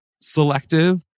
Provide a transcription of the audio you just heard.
selective